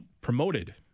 promoted